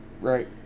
right